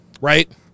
right